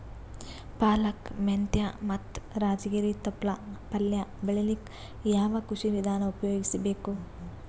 ಪಾಲಕ, ಮೆಂತ್ಯ ಮತ್ತ ರಾಜಗಿರಿ ತೊಪ್ಲ ಪಲ್ಯ ಬೆಳಿಲಿಕ ಯಾವ ಕೃಷಿ ವಿಧಾನ ಉಪಯೋಗಿಸಿ ಬೇಕು?